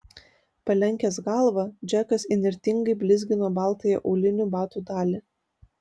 palenkęs galvą džekas įnirtingai blizgino baltąją aulinių batų dalį